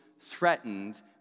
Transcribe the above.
threatened